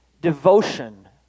devotion